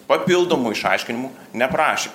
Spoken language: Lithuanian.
papildomų išaiškinimų neprašė